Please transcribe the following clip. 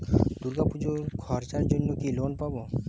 দূর্গাপুজোর খরচার জন্য কি লোন পাব?